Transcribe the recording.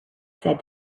said